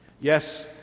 Yes